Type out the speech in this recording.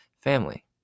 family